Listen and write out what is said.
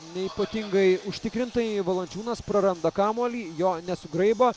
neypatingai užtikrintai valančiūnas praranda kamuolį jo nesugraibo